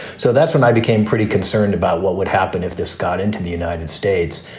so that's when i became pretty concerned about what would happen if this got into the united states,